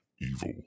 Evil